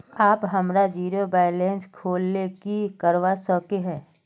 आप हमार zero balance खोल ले की करवा सके है?